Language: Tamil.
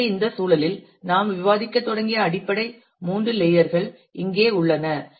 எனவே இந்த சூழலில் நாம் விவாதிக்கத் தொடங்கிய அடிப்படை மூன்று லேயர் கள் இங்கே உள்ளன